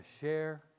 share